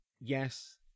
yes